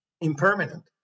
impermanent